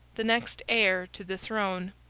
the next heir to the throne.